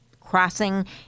crossing